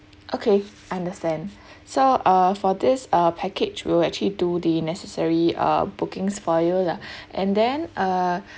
okay I understand so uh for this uh package we'll actually do the necessary uh bookings for you lah and then uh